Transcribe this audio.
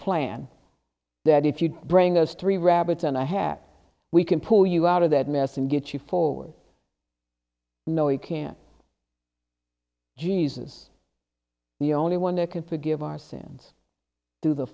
plan that if you bring those three rabbits and i have we can pull you out of that mess and get you forward no it can't jesus the only one there can forgive our sins to the